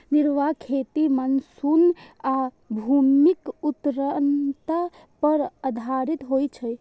निर्वाह खेती मानसून आ भूमिक उर्वरता पर आधारित होइ छै